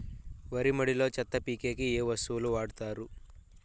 వరి మడిలో చెత్త పీకేకి ఏ వస్తువులు వాడుతారు?